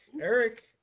Eric